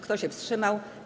Kto się wstrzymał?